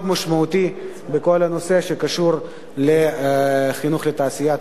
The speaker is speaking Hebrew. משמעותי בכל הנושא שקשור לחינוך לתעשייה.